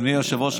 אדוני היושב-ראש,